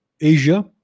Asia